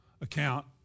account